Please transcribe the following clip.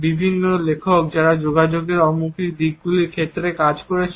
বিভিন্ন লেখক যারা যোগাযোগের অমৌখিক দিকগুলির ক্ষেত্রে কাজ করেছেন